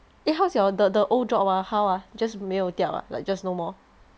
eh how's your the the old job ah how ah just 没有掉啊 like just no more